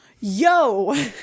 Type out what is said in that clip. Yo